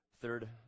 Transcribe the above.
Third